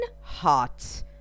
hot